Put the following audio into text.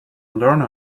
learner